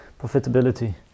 profitability